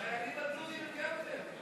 אבל כאן אני מתייחס לסיבה מצפונית ביותר.